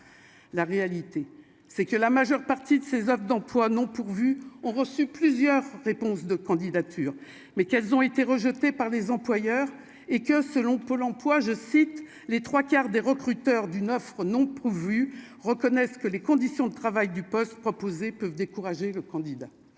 la réalité, c'est que la majeure partie de ses offres d'emploi non pourvues ont reçu plusieurs réponses de candidature, mais qu'elles ont été rejetées par les employeurs et que, selon Pôle emploi, je cite, les 3 quarts des recruteurs d'une offre non pourvus, reconnaissent que les conditions de travail du poste proposé peuvent décourager le candidat